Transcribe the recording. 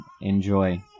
enjoy